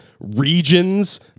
Regions